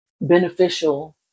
beneficial